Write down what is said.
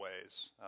ways